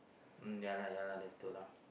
mm yeah lah yeah lah that's true lah